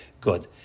good